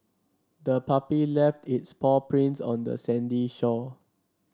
the puppy left its paw prints on the sandy shore